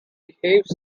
behaves